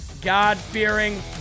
God-fearing